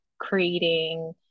creating